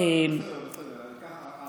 54. בסדר.